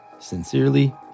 Sincerely